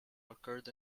occurred